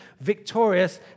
victorious